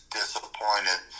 disappointed